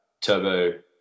Turbo